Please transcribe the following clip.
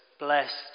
blessed